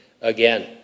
again